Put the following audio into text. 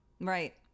Right